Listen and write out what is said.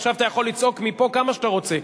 עכשיו אתה יכול לצעוק מפה כמה שאתה רוצה,